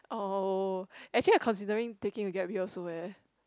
oh actually I considering taking a gap year also eh